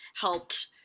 helped